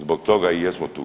Zbog toga i jesmo tu.